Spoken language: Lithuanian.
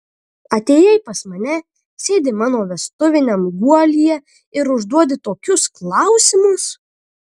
atėjai pas mane sėdi mano vestuviniam guolyje ir užduodi tokius klausimus